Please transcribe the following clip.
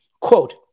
Quote